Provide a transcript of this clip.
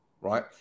right